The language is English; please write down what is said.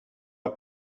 are